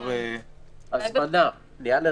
אז אמרת שבית משפט יורה על עיכוב הליכים.